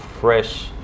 fresh